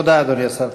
תודה, אדוני השר.